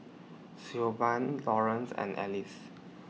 Siobhan Lawrance and Elise